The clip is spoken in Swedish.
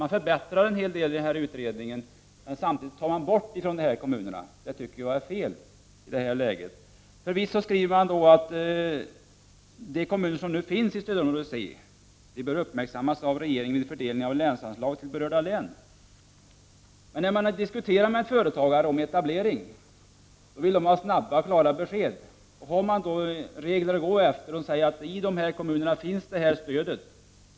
I utredningen föreslås en hel del förbättringar, men samtidigt tar man bort en del insatser för dessa kommuner. Det tycker jag är fel i nuvarande läge. Förvisso skriver man i utredningen att kommunerna i stödområde C behöver uppmärksammas av regeringen vid fördelning av länsanslag till berörda län. Men när man diskuterar med en företagare om etablering, då vill man ha snabba och klara besked att lämna. Har man då regler att gå efter kan man säga att i dessa kommuner finns det här stödet.